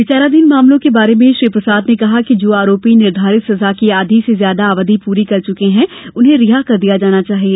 विचाराधोन मामलों के बारे में श्री प्रसाद ने कहा कि जो आरोपी निर्धारित सजा की आधी से ज्यादा अवधि पूरी कर चुके हैं उन्हें रिहा कर दिया जाना चाहिए